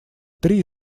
три